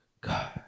god